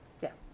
Yes